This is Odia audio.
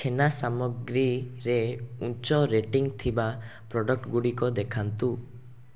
ଛେନା ସାମଗ୍ରୀରେ ଉଚ୍ଚ ରେଟିଂ ଥିବା ପ୍ରଡ଼କ୍ଟ୍ ଗୁଡ଼ିକ ଦେଖାନ୍ତୁ